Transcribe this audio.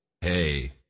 Hey